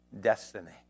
destiny